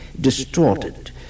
distorted